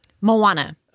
Moana